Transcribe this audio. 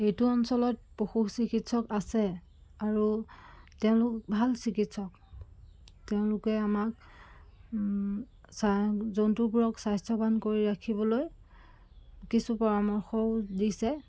এইটো অঞ্চলত পশু চিকিৎসক আছে আৰু তেওঁলোক ভাল চিকিৎসক তেওঁলোকে আমাক জন্তুবোৰক স্বাস্থ্যৱান কৰি ৰাখিবলৈ কিছু পৰামৰ্শ দিছে